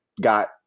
got –